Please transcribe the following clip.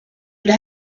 and